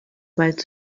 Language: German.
bald